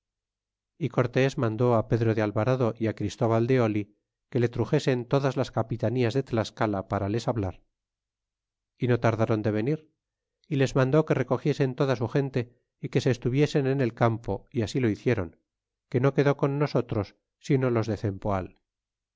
y cortés mandó pedro de alvarado y á christóbal de oli que le truxesen todas las capitanías de tlascala para les hablar y no tardaron de venir y les mandó que recogiesen toda su gente y que se estuviesen en el campo y así lo hicieron que no quedó con nosotros sino los de